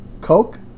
Coke